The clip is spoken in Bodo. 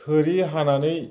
थोरि हानानै